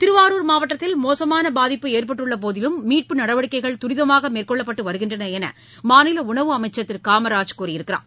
திருவாரூர் மாவட்டத்தில் மோசமான பாதிப்பு ஏற்பட்டுள்ளபோதும் மீட்பு நடவடிக்கைகள் திதமாக மேற்கொள்ளப்பட்டு வருகின்றன என்று மாநில உணவு அமைச்சள் திரு காமராஜ் தெரிவித்துள்ளார்